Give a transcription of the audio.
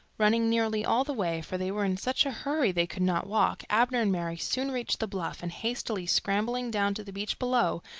running nearly all the way for they were in such a hurry they could not walk abner and mary soon reached the bluff, and hastily scrambling down to the beach below,